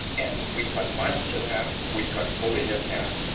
and we cut violence in half, we cut bullying in half,